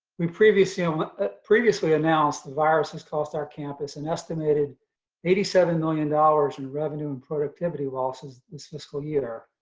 we previously um ah previously announced the virus has cost our campus an estimated eighty seven million dollars in revenue and productivity losses this fiscal year.